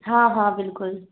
हाँ हाँ बिल्कुल